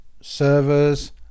servers